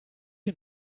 you